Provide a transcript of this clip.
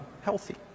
healthy